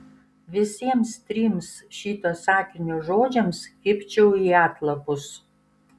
visiems trims šito sakinio žodžiams kibčiau į atlapus